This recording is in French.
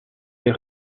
des